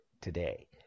today